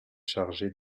chargé